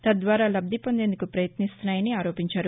తద్వారా లబ్ది పొందేందుకు యత్నిస్తున్నాయని ఆరోపించారు